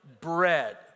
bread